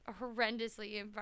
horrendously